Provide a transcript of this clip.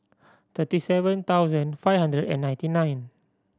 thirty seven thousand five hundred and ninety nine